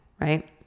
right